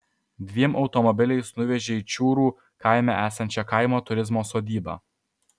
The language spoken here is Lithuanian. dviem automobiliais nuvežė į čiūrų kaime esančią kaimo turizmo sodybą